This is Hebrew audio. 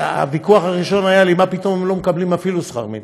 והוויכוח הראשון שהיה לי: מה פתאום הם לא מקבלים אפילו שכר מינימום.